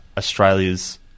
Australia's